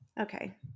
Okay